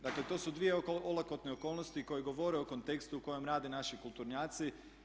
Dakle, to su dvije olakotne okolnosti koje govore o kontekstu u kojem rade naši kulturnjaci.